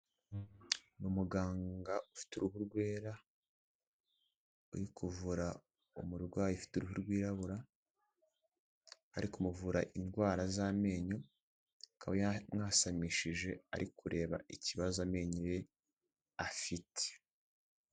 Ni umuganga ufite uruhu rwera, uri kuvura umurwayi ufite uruhu rwirabura, ari kumuvura indwara z'amenyo, akaba yamwasamishije, ari kureba ikibazo amenyo ye afite.